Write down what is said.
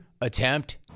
attempt